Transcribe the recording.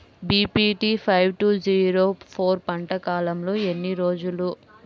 BPT five two zero four పంట కాలంలో ఎన్ని రోజులు?